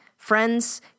Friends